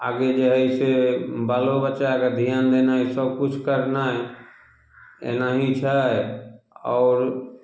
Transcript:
आगे जे हइ से बालो बच्चाके ध्यान देनाइ सभकिछु करनाइ एनाही छै आओर